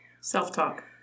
self-talk